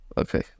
Okay